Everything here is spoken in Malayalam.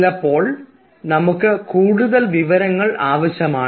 ചിലപ്പോൾ നമ്മൾക്ക് കൂടുതൽ വിവരങ്ങൾ ആവശ്യമാണ്